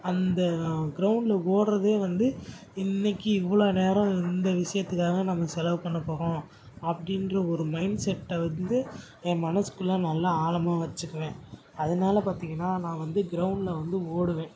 அந்த கிரௌண்டில் ஓடுறதே வந்து இன்னைக்கு இவ்வளோ நேரம் இந்த விஷயத்துக்காக நம்ம செலவு பண்ணப் போகிறோம் அப்படின்ற ஒரு மைண்ட்செட்டை வந்து என் மனசுக்குள்ளே நல்லா ஆழமாக வெச்சிக்குவேன் அதனால பார்த்திங்கன்னா நான் வந்து கிரௌண்டில் வந்து ஓடுவேன்